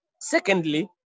Secondly